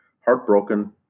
Heartbroken